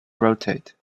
rotate